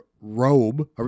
robe